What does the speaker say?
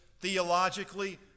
theologically